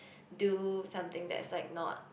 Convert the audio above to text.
do something that's like not